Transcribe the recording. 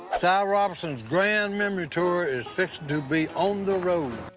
robertson's grand memory tour is fixin' to be on the road!